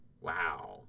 Wow